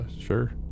sure